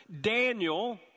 Daniel